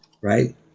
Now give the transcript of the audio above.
right